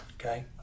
Okay